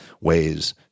ways